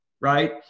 right